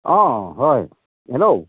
অঁ হয় হেল্ল'